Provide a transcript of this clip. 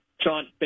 John